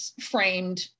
framed